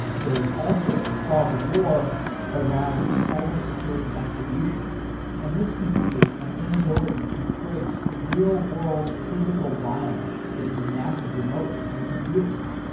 there is also a fog of war around cybersecurity attribution and this can create an inability to trace real-world physical violence that is enacted remotely through computers.